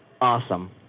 Awesome